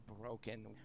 broken